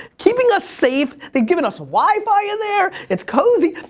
keeping us safe, they're given us wi-fi in there, it's cozy.